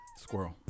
Squirrel